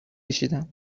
کشیدم